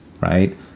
right